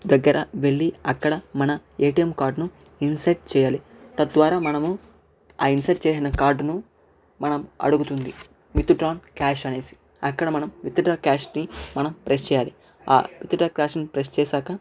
దగ్గర వెళ్ళి అక్కడ మన ఏటీఎం కార్డు ను ఇన్సెర్ట్ చేయాలి తద్వారా మనము ఆ ఇన్సెర్ట్ చేసిన కార్డు ను మనం అడుగుతుంది విత్ డ్రా క్యాష్ అని అక్కడ మనం విత్ డ్రా క్యాష్ ని మనం ప్రెస్ చేయాలి ఆ విత్ డ్రా క్యాష్ ని ప్రెస్ చేశాక